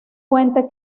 fuente